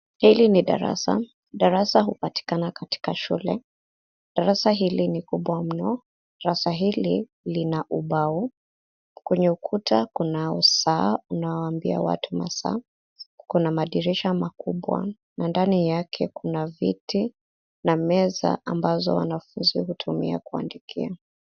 Hili ni darasa. Darasa hupatikana katika shule. Darasa hili ni kubwa mno. Darasa hili lina ubao. Kwenye ukuta kuna saa unaoambia watu masaa. Kuna madirisha makubwa na ndani yake kuna viti na meza ambazo wanafunzi hutumia kuandikia.